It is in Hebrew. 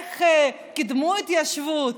איך קידמו התיישבות?